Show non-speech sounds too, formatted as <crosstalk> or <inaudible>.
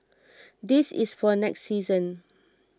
<noise> this is for next season